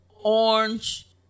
orange